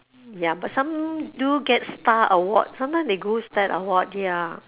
ya but some do get star awards sometime they good is that they award their